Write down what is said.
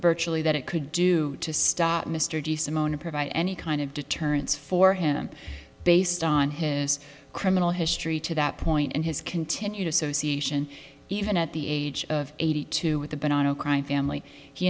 virtually that it could do to stop mr de simone to provide any kind of deterrence for him based on his criminal history to that point and his continued association even at the age of eighty two with a bet on a crime family he